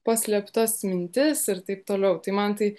paslėptas mintis ir taip toliau tai man tai